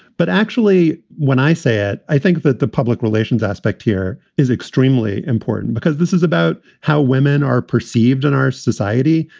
but actually, when i say it, i think that the public relations aspect here is extremely important because this is about how women are perceived in our society,